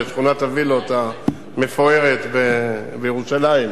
בשכונת הווילות המפוארת בירושלים,